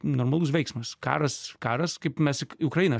normalus veiksmas karas karas kaip mes į ukrainą